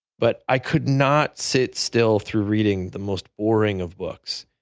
but i could not sit still through reading the most boring of books.